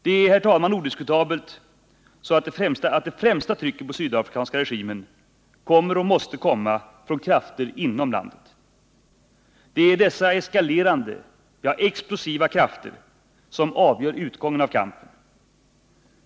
Det är, herr talman, odiskutabelt att det främsta trycket på den sydafrikanska regimen kommer och måste komma från krafter inom landet. Det är dessa eskalerande — ja, explosiva — krafter som avgör utgången av kampen.